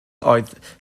oedd